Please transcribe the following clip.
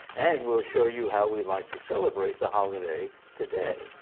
and we'll show you how we like to celebrate the holiday today.